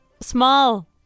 Small